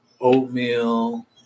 oatmeal